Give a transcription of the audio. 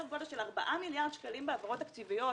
גודל של 4 מיליארד שקלים בהעברות תקציביות,